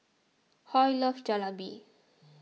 Hoy loves Jalebi